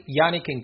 Yannick